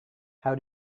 how